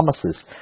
promises